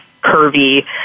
curvy